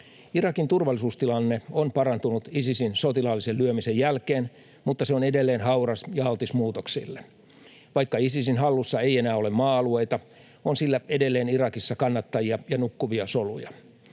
Irakin turvallisuustilanne on parantunut Isisin sotilaallisen lyömisen jälkeen, mutta se on edelleen hauras ja altis muutoksille. Vaikka Isisin hallussa ei enää ole maa-alueita, on sillä edelleen Irakissa kannattajia ja nukkuvia soluja.